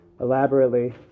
elaborately